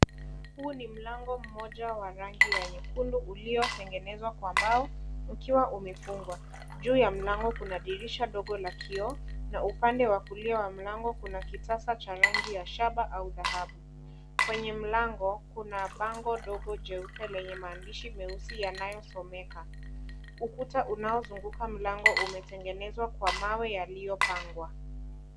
Huu ni mlango moja wa rangi ya nyekundu ulio tengenezwa kwa mbao ukiwa umefungwa. Juu ya mlango kuna dirisha ndogo la kioo na upande wa kulia wa mlango kuna kizaza cha rangi ya shaba au dhahabu kwenye mlango kuna bango ndogo jeupe lenye maandishi meusi yanayosomeka. Ukuta unaozunguka mlango umetengenezwa kwa mawe yaliyo pangwa.